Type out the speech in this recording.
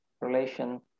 relation